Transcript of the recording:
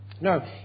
No